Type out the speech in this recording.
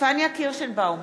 פניה קירשנבאום,